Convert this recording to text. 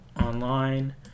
online